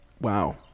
wow